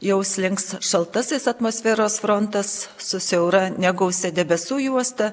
jau slinks šaltasis atmosferos frontas su siaura negausia debesų juosta